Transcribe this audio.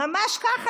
ממש ככה.